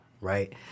right